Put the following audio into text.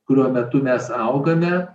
kurio metu mes augame